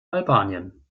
albanien